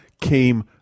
came